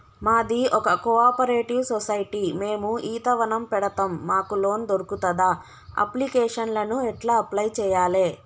మాది ఒక cooperative society మేము ఈత వనం పెడతం మాకు లోన్ దొర్కుతదా? అప్లికేషన్లను ఎట్ల అప్లయ్ చేయాలే?